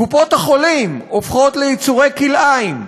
קופות-החולים הופכות ליצורי כלאיים,